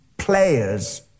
Players